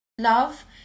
love